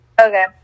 Okay